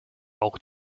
auch